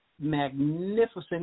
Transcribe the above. magnificent